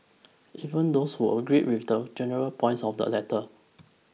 even those who agreed with the general points of the letter